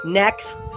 next